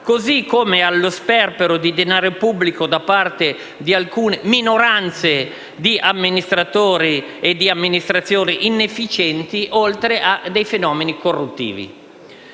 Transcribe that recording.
così come allo sperpero di denaro pubblico da parte di alcune minoranze di amministratori e di amministrazioni inefficienti, oltre che a fenomeni corruttivi.